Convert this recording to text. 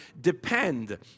depend